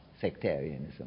sectarianism